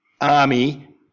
army